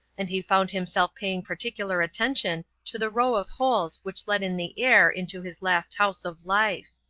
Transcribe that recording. and he found himself paying particular attention to the row of holes which let in the air into his last house of life.